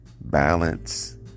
balance